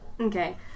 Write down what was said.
Okay